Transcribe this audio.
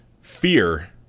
fear